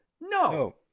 no